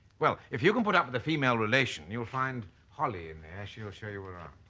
well if you can put up with a female relation you'll find holly in there she'll show you around.